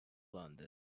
london